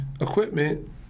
equipment